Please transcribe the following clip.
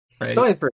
right